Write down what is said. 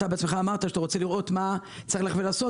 אתה בעצמך אמרת שאתה רוצה לראות מה צריך לעשות